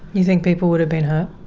you think people would have been hurt?